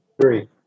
Three